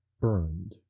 burned